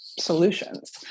solutions